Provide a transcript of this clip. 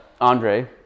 Andre